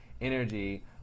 energy